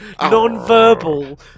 non-verbal